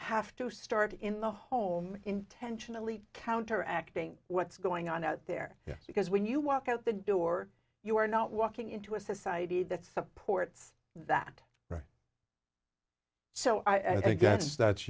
have to start in the home intentionally counteracting what's going on out there because when you walk out the door you are not walking into a society that supports that right so i think that's that's